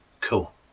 cool